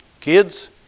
Kids